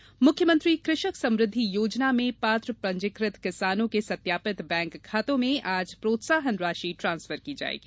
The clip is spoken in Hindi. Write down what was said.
प्रोत्साहन राशि मुख्यमंत्री कृषक समृद्धि योजना में पात्र पंजीकृत किसानों के सत्यापित बैंक खातों में आज प्रोत्साहन राशि ट्रांसफर की जाएगी